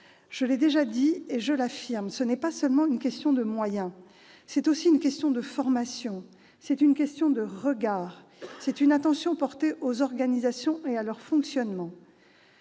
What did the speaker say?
Je l'ai déjà dit et je l'affirme : ce n'est pas seulement une question de moyens, c'est aussi une question de formation ; c'est une question de regard ; c'est une attention portée aux organisations et à leur fonctionnement.